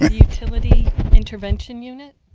utility intervention unit.